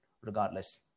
regardless